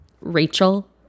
Rachel